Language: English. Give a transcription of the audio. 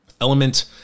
element